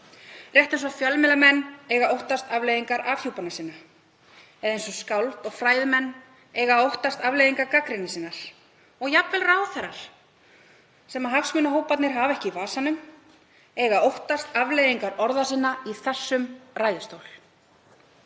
rétt eins og fjölmiðlamenn eiga að óttast afleiðingar afhjúpana sinna, eða eins og skáld og fræðimenn eiga óttast afleiðingar gagnrýni sinnar, og jafnvel ráðherrar sem hagsmunahóparnir hafa ekki í vasanum eiga að óttast afleiðingar orða sinna í þessum ræðustól.